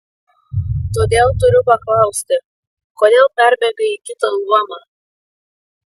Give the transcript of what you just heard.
todėl turiu paklausti kodėl perbėgai į kitą luomą